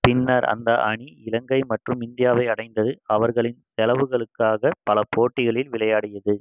பின்னர் அந்த அணி இலங்கை மற்றும் இந்தியாவை அடைந்தது அவர்களின் செலவுகளுக்காக பல போட்டிகளில் விளையாடியது